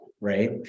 Right